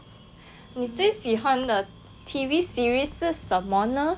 你最喜欢的 T_V series 是什么呢